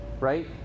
right